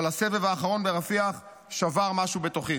אבל הסבב האחרון ברפיח שבר משהו בתוכי.